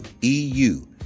E-U